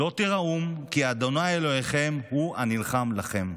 "לא תיראום כי ה' אלהיכם הוא הנלחם לכם".